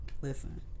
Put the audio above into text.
Listen